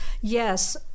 yes